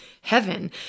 heaven